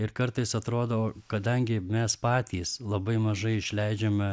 ir kartais atrodo kadangi mes patys labai mažai išleidžiame